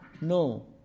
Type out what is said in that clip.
no